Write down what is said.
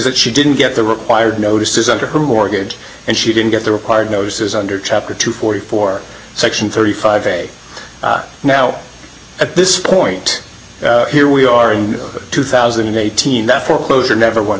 that she didn't get the required notices under her mortgage and she didn't get the required noses under chapter two forty four section thirty five a now at this point here we are in two thousand an eighteen that foreclosure never on